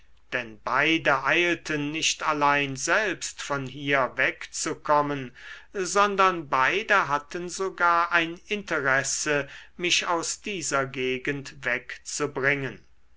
denn beide eilten nicht allein selbst von hier wegzukommen sondern beide hatten sogar ein interesse mich aus dieser gegend wegzubringen